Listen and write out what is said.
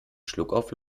schluckauf